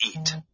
eat